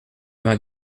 vingt